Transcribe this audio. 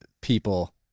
people